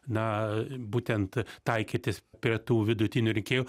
na būtent taikytis prie tų vidutinių rinkėjų